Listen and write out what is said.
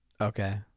okay